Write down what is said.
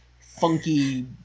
funky